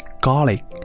garlic